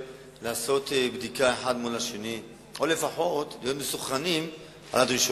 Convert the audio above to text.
לעשות בדיקה אחד מול השני או לפחות להיות מסונכרנים על הדרישות.